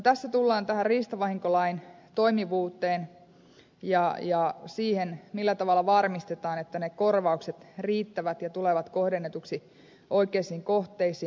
tässä tullaan tähän riistavahinkolain toimivuuteen ja siihen millä tavalla varmistetaan että ne korvaukset riittävät ja tulevat kohdennetuiksi oikeisiin kohteisiin